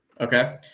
Okay